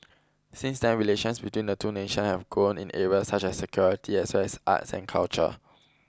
since then relations between the two nations have grown in areas such as security as well as arts and culture